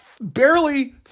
barely